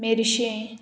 Merces